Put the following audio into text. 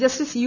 justice U